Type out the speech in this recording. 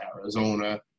Arizona